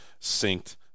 synced